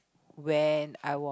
when I was